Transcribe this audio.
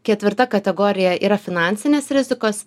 ketvirta kategorija yra finansinės rizikos